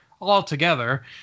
altogether